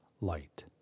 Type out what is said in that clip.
light